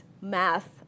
math